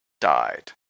died